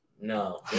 No